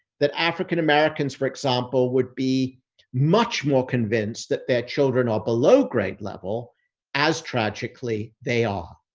that african americans, for example, would be much more convinced that their children are below grade level as tragically they are,